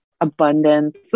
abundance